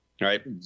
Right